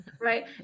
right